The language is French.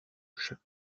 chaque